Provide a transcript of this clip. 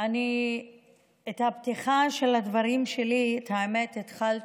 אני את הפתיחה של הדברים שלי, האמת, התחלת,